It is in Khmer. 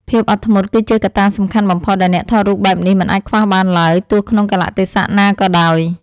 ភាពអត់ធ្មត់គឺជាកត្តាសំខាន់បំផុតដែលអ្នកថតរូបបែបនេះមិនអាចខ្វះបានឡើយទោះក្នុងកាលៈទេសៈណាក៏ដោយ។